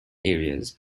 areas